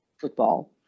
football